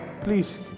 please